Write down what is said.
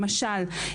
למשל,